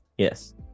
Yes